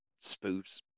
spoofs